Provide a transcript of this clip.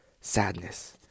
Sadness